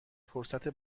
فرصت